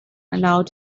allowed